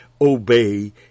Obey